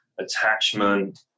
attachment